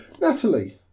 Natalie